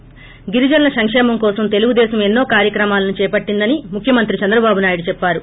ి గిరిజనుల సంకేమం కోసం తెలుగుదేశం ఎన్నో కార్యక్రమాలను చేపట్టిందని ముఖ్యమంత్రి చంద్రబాబు నాయుడు చెప్పారు